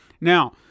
Now